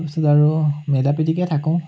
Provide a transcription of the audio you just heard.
তাৰপিছত আৰু মিলাপ্ৰীতিকে থাকোঁ